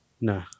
nah